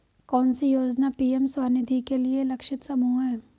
कौन सी योजना पी.एम स्वानिधि के लिए लक्षित समूह है?